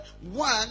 one